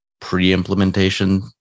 pre-implementation